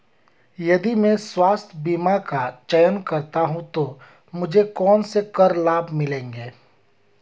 यदि मैं स्वास्थ्य बीमा का चयन करता हूँ तो मुझे कौन से कर लाभ मिलेंगे?